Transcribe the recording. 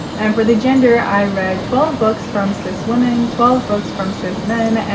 and for the gender, i read twelve books from cis-women, twelve books from cis-men,